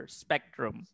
spectrum